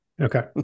okay